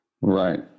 Right